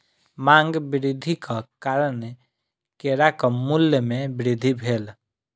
मांग वृद्धिक कारणेँ केराक मूल्य में वृद्धि भेल